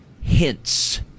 hints